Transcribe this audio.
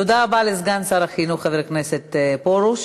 תודה, תודה רבה לסגן שר החינוך חבר הכנסת פרוש.